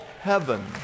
heaven